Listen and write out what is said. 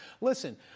listen